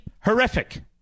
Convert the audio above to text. horrific